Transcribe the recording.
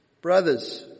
Brothers